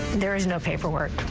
there is no paperwork.